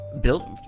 built